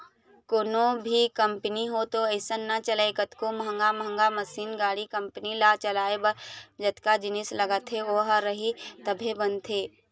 कोनो भी कंपनी ह तो अइसने नइ चलय कतको महंगा महंगा मसीन, गाड़ी, कंपनी ल चलाए बर जतका जिनिस लगथे ओ ह रही तभे बनथे